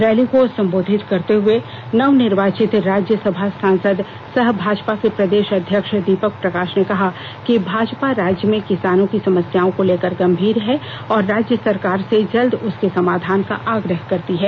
rally को संबोधित करते हुए नवनिर्वाचित राज्य सभा सांसद सह भाजपा के प्रदेश अध्यक्ष दीपक प्रकाश ने कहा कि भाजपा राज्य में किसानों की समस्याओं को लेकर गंभीर है और राज्य सरकार से जल्द उसके समाधान का आग्रह करती है